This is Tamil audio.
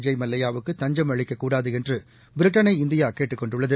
விஐய் மல்லையாவுக்குதஞ்சம்அளிக்கக்கூடாதுஎன்றுபிரிட்டனை இந்தியாகேட்டுக் கொண்டுள்ளது